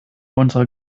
unserer